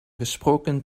gesproken